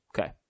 Okay